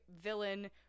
villain